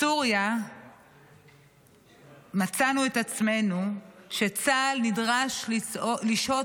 בסוריה מצאנו את עצמנו שצה"ל נדרש לשהות